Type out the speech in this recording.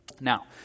now